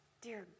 Dear